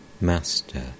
Master